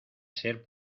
ser